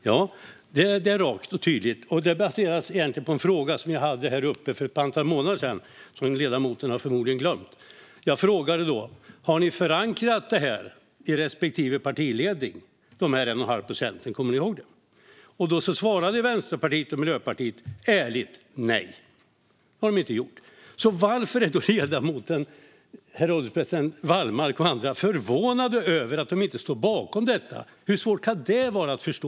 Herr ålderspresident! Ja, det är rakt och tydligt. Det baseras egentligen på en fråga som jag ställde här för ett antal månader sedan och som ledamoten förmodligen har glömt. Jag frågade då: Har ni förankrat dessa 1,5 procent i respektive partiledning? Kommer ni ihåg det? Då svarade Vänsterpartiet och Miljöpartiet ärligt nej. Det hade de inte gjort. Varför är då ledamoten Wallmark och andra, herr ålderspresident, förvånade över att de inte står bakom detta? Hur svårt kan det vara att förstå?